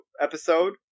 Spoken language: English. episode